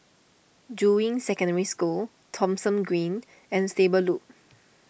Juying Secondary School Thomson Green and Stable Loop